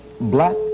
black